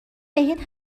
بهت